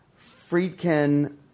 Friedkin